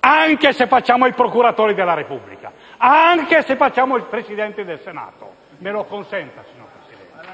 anche se facciamo i procuratori della Repubblica, anche se facciamo il Presidente del Senato. Me lo consenta, signor Presidente: